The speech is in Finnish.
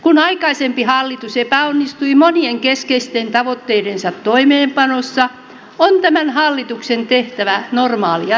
kun aikaisempi hallitus epäonnistui monien keskeisten tavoitteidensa toimeenpanossa on tämän hallituksen tehtävä normaalia raskaampi